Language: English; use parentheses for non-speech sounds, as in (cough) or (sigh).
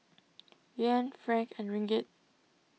(noise) Yuan Franc and Ringgit